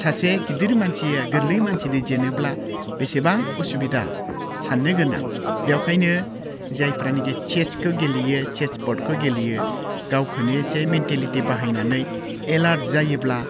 सासे गिदिर मानसिया गोरलै मानसिजों जेनोब्ला बिसिबां असुबिदा साननो गोनां बेनिखायनो जायफ्रानोखि चेसखौ गेलेयो चेस बर्डखौ गेलेयो गावखौनो एसे मेनटेलिटि बाहायनानै एलार्त जायोब्ला